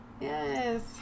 Yes